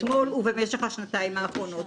אתמול ובמשך השנתיים האחרונות.